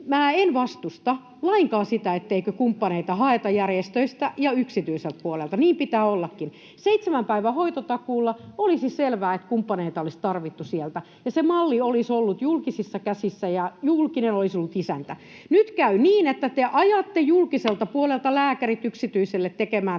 En vastusta lainkaan sitä, etteikö kumppaneita haeta järjestöistä ja yksityiseltä puolelta. Niin pitää ollakin. Seitsemän päivän hoitotakuulla olisi selvää, että kumppaneita olisi tarvittu sieltä, ja se malli olisi ollut julkisissa käsissä, ja julkinen olisi ollut isäntä. Nyt käy niin, että te ajatte julkiselta puolelta lääkärit yksityiselle tekemään